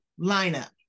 lineup